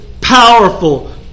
powerful